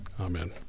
Amen